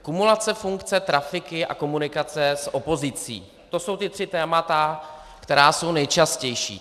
Kumulace funkce, trafiky a komunikace s opozicí, to jsou tři témata, která jsou nejčastější.